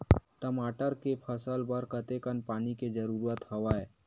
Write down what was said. टमाटर के फसल बर कतेकन पानी के जरूरत हवय?